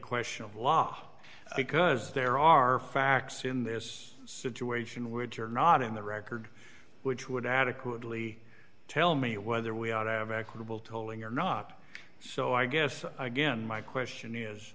question of law because there are facts in this situation which are not in the record which would adequately tell me whether we ought to have a credible tolling or not so i guess again my question is